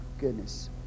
Goodness